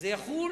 וזה יחול